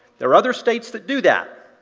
there are other states that do that,